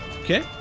okay